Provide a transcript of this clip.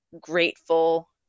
grateful